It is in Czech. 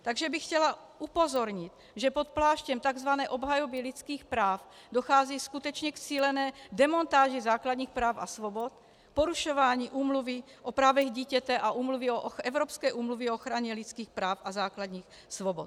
Takže bych chtěla upozornit, že po pláštěm tzv. obhajoby lidských práv dochází skutečně k cílené demontáži základních práv a svobod, k porušování Úmluvy o právech dítěte a Evropské úmluvy o ochraně lidských práv a základních svobod.